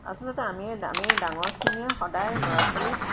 আচলতে আমিয়ে আমি ডাঙৰখিনিয়ে সদায় ল'ৰা ছোৱালীক